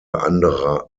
anderer